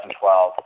2012